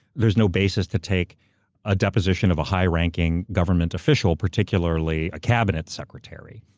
there's no basis to take a deposition of a high ranking government official, particularly a cabinet secretary.